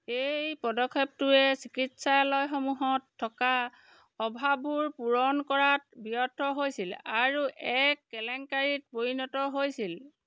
এই পদক্ষেপটোৱে চিকিৎসালয়সমূহত থকা অভাৱবোৰ পূৰণ কৰাত ব্যৰ্থ হৈছিল আৰু এক কেলেংকাৰীত পৰিণত হৈছিল